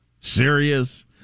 serious